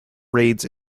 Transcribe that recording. raids